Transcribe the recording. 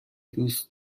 دوست